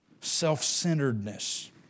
self-centeredness